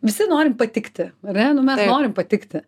visi norim patikti ar ne nu mes norim patikti